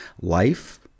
life